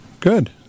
Good